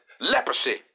leprosy